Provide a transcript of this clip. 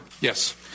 Yes